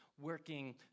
working